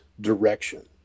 direction